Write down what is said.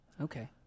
Okay